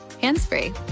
hands-free